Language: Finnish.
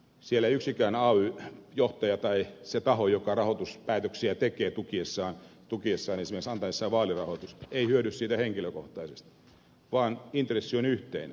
siellä ei yksikään ay johtaja tai se taho joka rahoituspäätöksiä tekee esimerkiksi tukiessaan antaessaan vaalirahoitusta hyödy siitä henkilökohtaisesti vaan intressi on yhteinen kollektiivinen